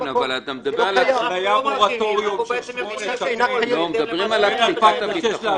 כן אבל אתה מדבר על --- מדברים על תחיקת הביטחון.